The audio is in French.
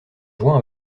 jouant